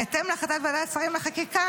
בהתאם להחלטת ועדת שרים לחקיקה,